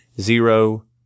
zero